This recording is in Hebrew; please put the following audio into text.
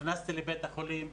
נכנסתי לבית החולים,